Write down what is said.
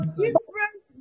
different